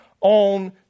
on